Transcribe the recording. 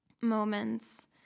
moments